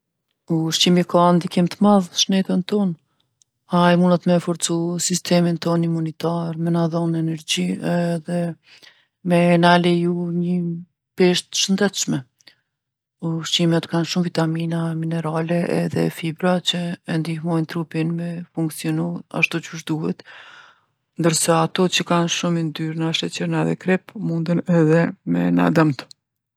Ushqimi ka ndikim t'madh n'shnetën tonë. Ai munet me forcu sistemin tonë imunitar, me na dhon energji edhe me na leju nji peshë t'shëndetshme. Ushqimet kanë shumë vitamina, minerale edhe fibra që e ndihmojnë trupin me funkcionu ashtu qysh duhet, ndërsa ato që kanë shumë yndyrna, sheqerna edhe krip munden edhe me na dëmtu.